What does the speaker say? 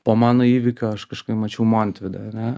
po mano įvykių aš kažkur mačiau montvydą ane